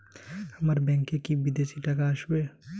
আমার ব্যংকে কি বিদেশি টাকা আসবে?